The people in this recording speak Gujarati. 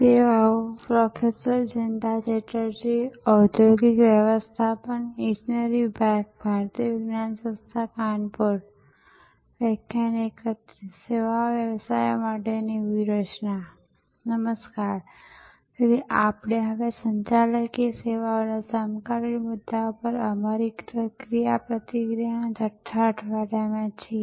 સેવા વ્યવસાયો માટેની વ્યૂહરચના નમસ્કાર તેથી આપણે હવે સંચાલકીય સેવાઓના સમકાલીન મુદ્દાઓ પર અમારી ક્રિયાપ્રતિક્રિયાના 6 અઠવાડિયામાં છીએ